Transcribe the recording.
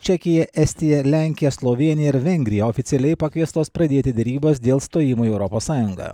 čekija estija lenkija slovėnija ir vengrija oficialiai pakviestos pradėti derybas dėl stojimo į europos sąjungą